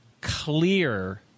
clear